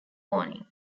warning